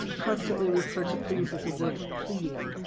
constantly referred to! please! as a word of pleading,